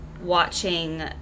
watching